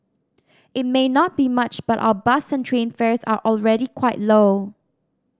it may not be much but our bus and train fares are already quite low